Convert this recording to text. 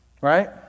right